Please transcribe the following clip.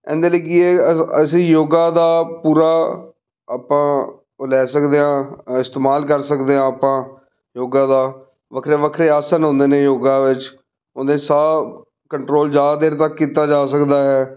ਇਹਦੇ ਲਈ ਕੀ ਅ ਅਸੀਂ ਯੋਗਾ ਦਾ ਪੂਰਾ ਆਪਾਂ ਲੈ ਸਕਦੇ ਹਾਂ ਇਸਤੇਮਾਲ ਕਰ ਸਕਦੇ ਹਾਂ ਆਪਾਂ ਯੋਗਾ ਦਾ ਵੱਖਰੇ ਵੱਖਰੇ ਆਸਣ ਹੁੰਦੇ ਨੇ ਯੋਗਾ ਵਿੱਚ ਉਹਦੇ ਸਾਹ ਕੰਟਰੋਲ ਜ਼ਿਆਦਾ ਦੇਰ ਤੱਕ ਕੀਤਾ ਜਾ ਸਕਦਾ ਹੈ